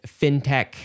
FinTech